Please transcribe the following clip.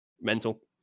Mental